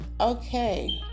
Okay